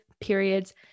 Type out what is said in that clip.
periods